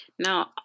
Now